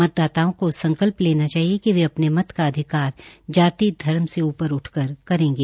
मतदाताओं को संकल्प लेना चाहिए कि वे अपने मत का अधिकार जाति धर्म से ऊपर उठकर करेंगे